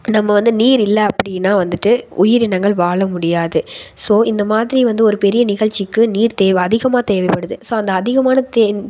நம்ம வந்து நீர் இல்லை அப்படின்னா வந்துவிட்டு உயிரினங்கள் வாழ முடியாது ஸோ இந்த மாதிரி வந்து ஒரு பெரிய நிகழ்ச்சிக்கு நீர் தேவை அதிகமாக தேவைப்படுது ஸோ அதிகமான